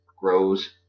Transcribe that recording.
grows